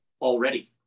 already